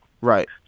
Right